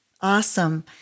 Awesome